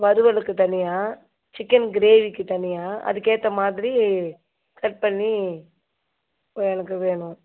வறுவலுக்குத் தனியாக சிக்கன் க்ரேவிக்குத் தனியாக அதுக்கேற்ற மாதிரி கட் பண்ணி எனக்கு வேணும்